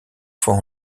fois